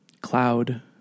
cloud